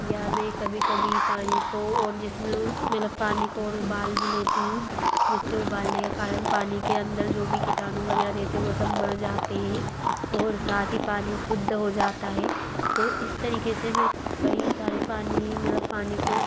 या मैं कभी कभी पानी को और जिस मैं वो मतलब पानी को और उबाल भी लेती हूँ जिससे उबालने के कारण पानी के अंदर जो भी कीटाणु वग़ैरह रहते वो सब मर जाते हैं और साथ ही पानी शुद्ध हो जाता है तो इस तरीक़े से मैं कई सारे पानी मतलब पानी को